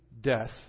death